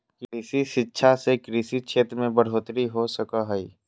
कृषि शिक्षा से कृषि क्षेत्र मे बढ़ोतरी हो सको हय